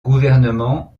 gouvernement